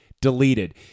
Deleted